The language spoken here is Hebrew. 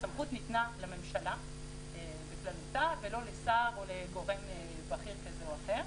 הסמכות ניתנה לממשלה בכללותה ולא לשר או לגורם בכיר אחר.